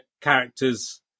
characters